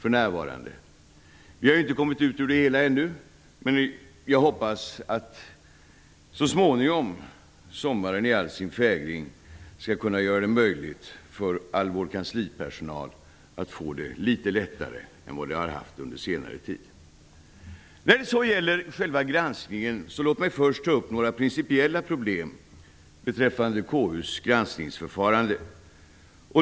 Vi har ju inte kommit ut ur det hela ännu, men jag hoppas att så småningom sommaren i all sin fägring skall kunna göra det möjligt för all vår kanslipersonal att få det litet lättare än vad de har haft det under senare tid. När det sedan gäller själva granskningen vill jag först ta upp några principiella problem beträffande KU:s granskningsförfarande.